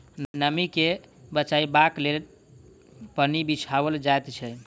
नमीं के बचयबाक लेल पन्नी बिछाओल जाइत छै